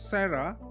Sarah